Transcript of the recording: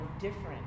different